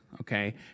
Okay